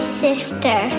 sister